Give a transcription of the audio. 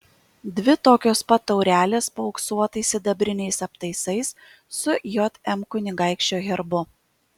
dvi tokios pat taurelės paauksuotais sidabriniais aptaisais su jm kunigaikščio herbu